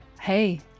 Hey